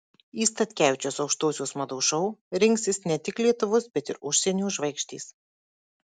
į statkevičiaus aukštosios mados šou rinksis ne tik lietuvos bet ir užsienio žvaigždės